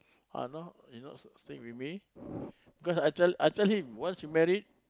ah now he not staying with me because I I tell him once you married